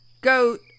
goat